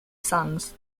sons